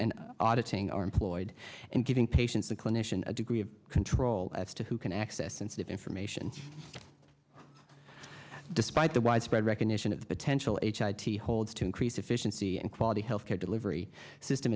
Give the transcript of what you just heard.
and auditing are employed and giving patients a clinician a degree of control as to who can access sensitive information despite the widespread recognition of the potential t holds to increase efficiency and quality health care delivery system